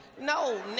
No